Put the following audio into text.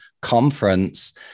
conference